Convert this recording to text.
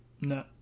no